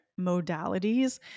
modalities